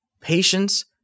patience